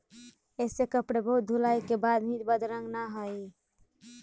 ऐसे कपड़े बहुत धुलाई के बाद भी बदरंग न हई